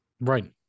right